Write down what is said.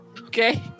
okay